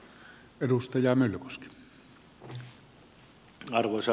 arvoisa puhemies